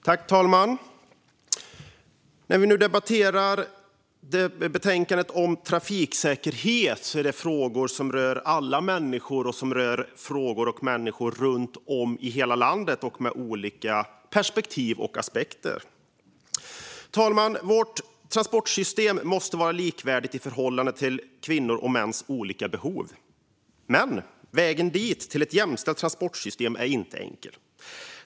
Fru talman! Vi debatterar i dag betänkandet om trafiksäkerhet, och det är ju frågor som berör alla. De berör människor runt om i hela landet, med olika perspektiv och aspekter. Fru talman! Vårt transportsystem måste vara likvärdigt i förhållande till kvinnors och mäns olika behov. Men vägen till ett jämställt transportsystem är inte enkel.